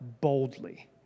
boldly